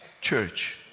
church